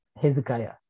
Hezekiah